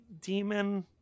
demon